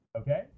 Okay